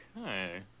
Okay